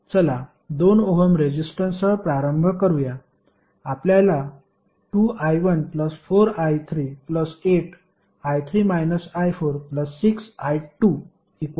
चला 2 ओहम रेजिस्टन्ससह प्रारंभ करूया आपल्याला 2i14i386i20 मिळेल